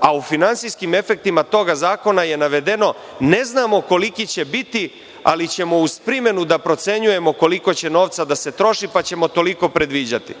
a u finansijskim efektima tog zakona je navedeno – ne znamo koliki će biti, ali ćemo uz primenu da procenjujemo koliko će novca da se troši, pa ćemo toliko predviđati.